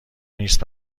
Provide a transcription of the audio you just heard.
نیست